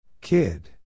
Kid